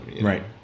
Right